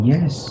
Yes